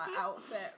outfit